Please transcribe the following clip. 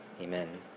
Amen